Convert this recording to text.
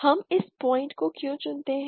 हम इस पॉइंट को क्यों चुनते हैं